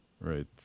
right